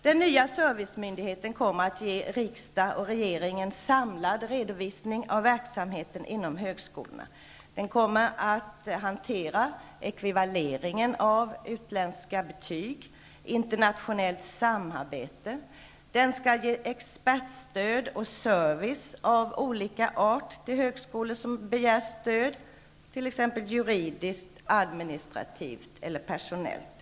Den nya servicemyndigheten kommer att ge riksdag och regering en samlad redovisning av verksamheten inom högskolorna. Den kommer att hantera ekvivaleringen av utländska betyg liksom internationellt samarbete. Dessutom skall den ge expertstöd och service av olika slag till högskolor som har begärt stöd. Det gäller t.ex. juridiskt, administrativt eller personellt stöd.